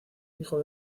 hijo